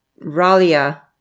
Ralia